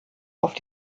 auf